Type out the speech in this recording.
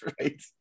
right